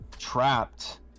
Trapped